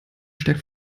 stärkt